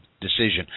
decision